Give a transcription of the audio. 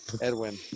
Edwin